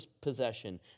possession